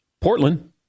Portland